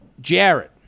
Jared